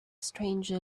stranger